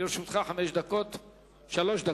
לרשותך שלוש דקות.